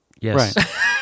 Yes